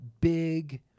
big